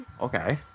Okay